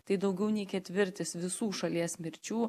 tai daugiau nei ketvirtis visų šalies mirčių